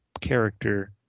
character